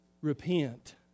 Repent